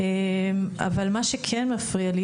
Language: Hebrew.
מה שכן מפריע לי